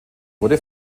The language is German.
wurde